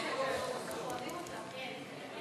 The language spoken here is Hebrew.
אני מוותרת.